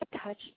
touch